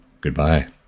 Goodbye